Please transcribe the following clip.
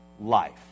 life